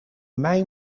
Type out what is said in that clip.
mij